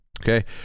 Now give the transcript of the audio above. Okay